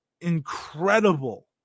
incredible